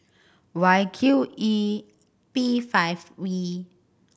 Y Q E B five V